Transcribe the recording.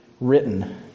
written